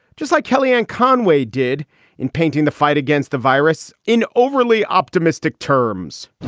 just like kellyanne conway did in painting the fight against the virus in overly optimistic terms.